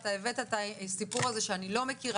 אתה הבאת את הסיפור הזה שאני לא מכירה.